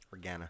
Organa